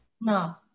no